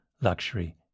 luxury